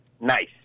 nice